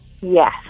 Yes